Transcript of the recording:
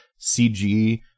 CG